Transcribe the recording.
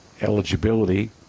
eligibility